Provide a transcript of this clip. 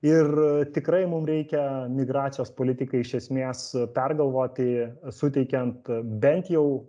ir tikrai mum reikia migracijos politiką iš esmės pergalvoti suteikiant bent jau